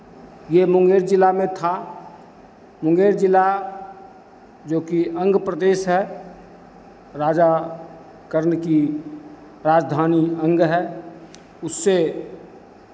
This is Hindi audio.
ये मुंगेर जिला में था मुंगेर जिला जो कि अंग प्रदेश है राजा कर्ण की राजधानी अंग है उससे